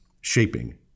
shaping